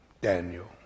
Daniel